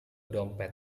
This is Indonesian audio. dompet